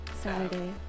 saturday